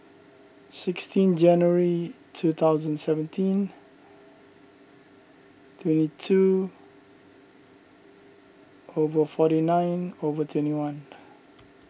sixteen January two thousand and seventeen twenty two over forty nine over twenty one